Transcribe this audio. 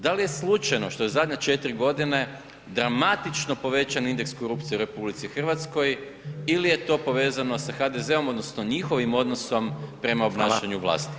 Da li slučajno što zadnje 4 godine dramatično povećan indeks korupcije u RH ili je to povezano sa HDZ-om odnosno njihovim odnosom prema obnašanju vlasti?